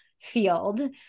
field